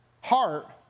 heart